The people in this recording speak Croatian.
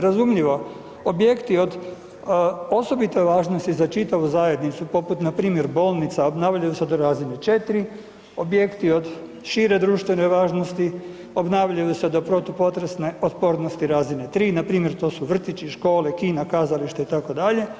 Razumljivo, objekti od osobite važnosti za čitavu zajednicu poput npr. bolnica obnavljaju se do razine 4, objekti od šire društvene važnosti obnavljaju se do protupotresne otpornosti razine 3, npr. to su vrtići, škole, kina, kazališta itd.